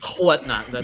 Whatnot